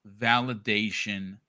validation